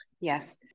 yes